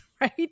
right